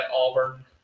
Auburn